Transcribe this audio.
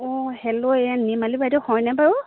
অঁ হেল্ল' এই নিৰ্মালী বাইদেউ হয়নে বাৰু